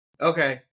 Okay